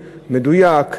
מדויק,